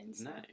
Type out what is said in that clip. Nice